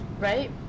Right